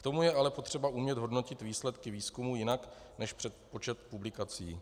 K tomu je ale potřeba umět hodnotit výsledky výzkumů jinak než počet publikací.